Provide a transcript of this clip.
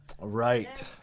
Right